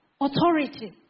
authority